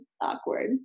awkward